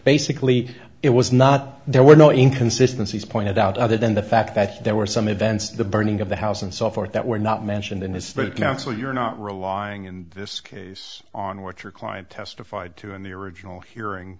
basically it was not there were no inconsistency is pointed out other than the fact that there were some events the burning of the house and so forth that were not mentioned in his state counsel you're not relying in this case on what your client testified to in the original hearing